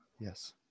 Yes